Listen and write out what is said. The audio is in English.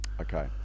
okay